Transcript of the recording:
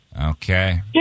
Okay